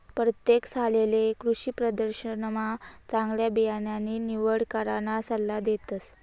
परतेक सालले कृषीप्रदर्शनमा चांगला बियाणानी निवड कराना सल्ला देतस